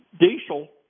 diesel